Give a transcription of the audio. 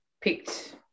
picked